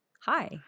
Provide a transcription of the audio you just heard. hi